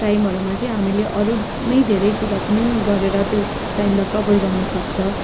टाइमहरूमा चाहिँ हामीले अरू नै धेरै कुरा पनि गरेर त्यो टाइमलाई कभर गर्नुसक्छ